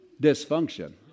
Dysfunction